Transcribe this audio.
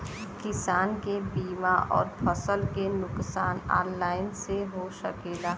किसान के बीमा अउर फसल के नुकसान ऑनलाइन से हो सकेला?